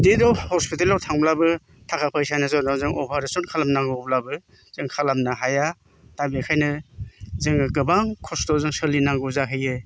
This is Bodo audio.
गिदिर हस्पिटेलाव थांब्लाबो ताका फैसानि जनाव जों अपारेशन खालामनांगौब्लाबो जों खालामनो हाया दा बेखायनो जोङो गोबां खस्थ'जों सोलिनांगौ जाहैयो